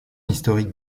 historique